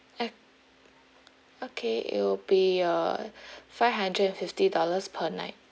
okay it'll be uh five hundred and fifty dollars per night